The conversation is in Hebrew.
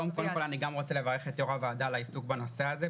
גם רוצה לברך את יו"ר הוועדה על העיסוק בנושא הזה.